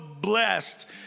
blessed